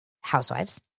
Housewives